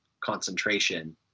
concentration